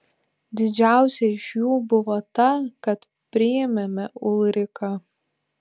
didžiausia iš jų buvo ta kad priėmėme ulriką